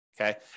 okay